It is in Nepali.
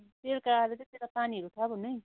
बेलुका आएर चाहिँ त्यसलाई पानीहरू खा भन्नु है